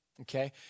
okay